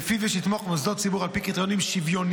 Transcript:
שלפיו יש לתמוך במוסדות ציבור על פי קריטריונים שוויוניים,